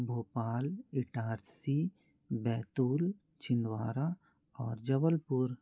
भोपाल इटारसी बैतूल छिंदवाड़ा और जबलपुर